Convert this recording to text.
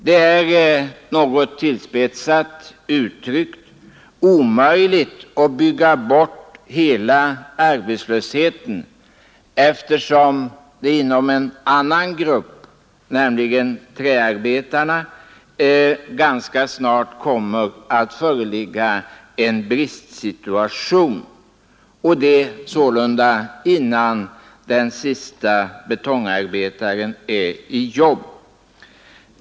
Det är något tillspetsat uttryckt omöjligt att bygga bort hela arbetslösheten, eftersom det inom en annan grupp, nämligen träarbetarna, ganska snart kommer att föreligga en bristsituation, detta sålunda innan den sista betongarbetaren är i jobb.